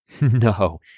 No